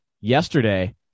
Yesterday